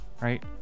right